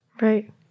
Right